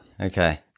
Okay